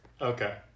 okay